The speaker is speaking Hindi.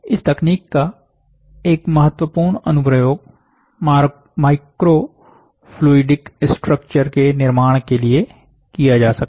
इस तकनीक का एक महत्वपूर्ण अनुप्रयोग माइक्रोफ्लूडिक स्ट्रक्चर के निर्माण के लिए किया जा सकता है